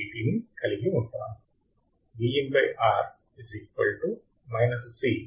ని కలిగి ఉంటాను